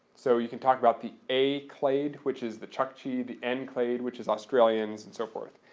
so, you can talk about the a clade which is the chukchi, the n clade which is australians and so forth.